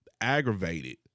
aggravated